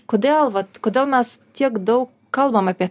kodėl vat kodėl mes tiek daug kalbam apie